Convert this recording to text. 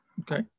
Okay